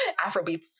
Afrobeats